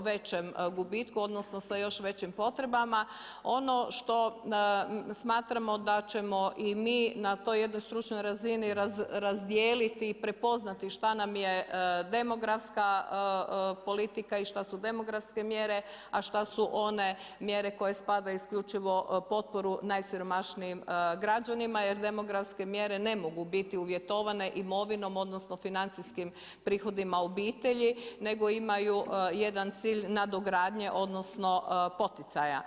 većem gubitku, odnosno sa još većim potrebama, ono što smatramo da ćemo i mi na toj jednoj stručnoj razini razdijeliti i prepoznati šta nam je demografska politika i šta su demografske mjere, a šta su one mjere koje spadaju isključivo potporu najsiromašnijim građanima jer demografske mjere ne mogu biti uvjetovane imovinom, odnosno financijskim prihodima obitelji, nego imaju jedna cilj nadogradnje, odnosno, poticaja.